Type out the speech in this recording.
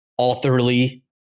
authorly